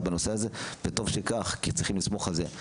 בנושא הזה וטוב שכך כי צריך לסמוך על זה.